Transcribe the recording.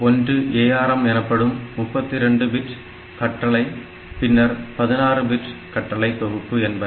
ஒன்று ARM எனப்படும் 32 bit கட்டளை பின்னர் 16 பிட் கட்டளை தொகுப்பு என்பன